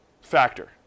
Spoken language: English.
factor